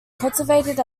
cultivated